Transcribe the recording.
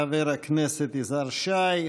חבר הכנסת יזהר שי.